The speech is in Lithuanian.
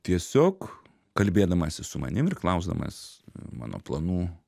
tiesiog kalbėdamasis su manim ir klausdamas mano planų